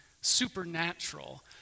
supernatural